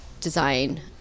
design